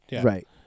right